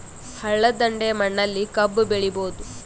ಹಳ್ಳದ ದಂಡೆಯ ಮಣ್ಣಲ್ಲಿ ಕಬ್ಬು ಬೆಳಿಬೋದ?